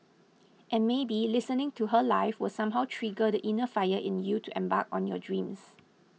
and maybe listening to her live will somehow trigger the inner fire in you to embark on your dreams